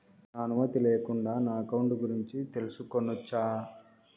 నా అనుమతి లేకుండా నా అకౌంట్ గురించి తెలుసుకొనొచ్చా?